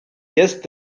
jest